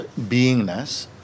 beingness